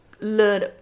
learn